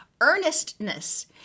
Earnestness